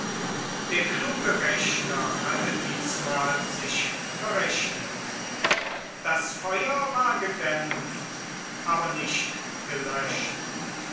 der kluge rechner hatte diesmal sich verrechnet das feuer war gedämpft aber nicht gelöscht